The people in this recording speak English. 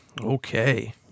Okay